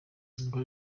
ngo